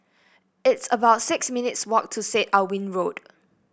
it's about six minutes' walk to Syed Alwi Road